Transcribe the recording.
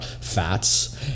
fats